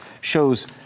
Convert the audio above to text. shows